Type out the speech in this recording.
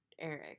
eric